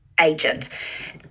agent